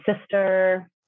sister